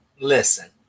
Listen